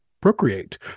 procreate